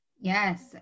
yes